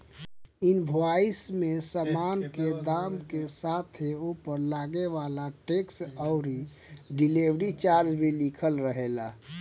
invoice में सामान के दाम के साथे ओपर लागे वाला टेक्स अउरी डिलीवरी चार्ज भी लिखल रहेला